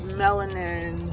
melanin